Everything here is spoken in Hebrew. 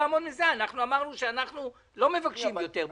אמרנו שאנחנו לא מבקשים יותר.